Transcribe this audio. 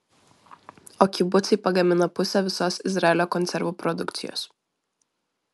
o kibucai pagamina pusę visos izraelio konservų produkcijos